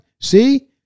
see